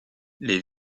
les